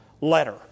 letter